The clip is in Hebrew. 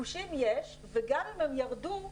ביקושים יש וגם אם הם ירדו,